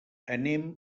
anem